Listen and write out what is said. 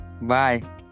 Bye